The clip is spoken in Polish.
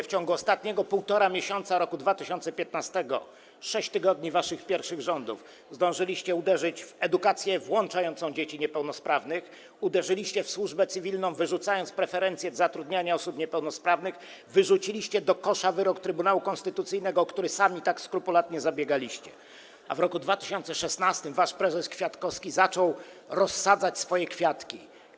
W ciągu ostatniego 1,5 miesiąca roku 2015 w 6 tygodni waszych pierwszych rządów zdążyliście uderzyć w edukację włączającą niepełnosprawne dzieci, uderzyliście w służbę cywilną, wyrzucając preferencje zatrudniania osób niepełnosprawnych, wyrzuciliście do kosza wyrok Trybunału Konstytucyjnego, o który sami tak skrupulatnie zabiegaliście, a w roku 2016 wasz prezes Kwiatkowski zaczął rozsadzać swoje kwiatki.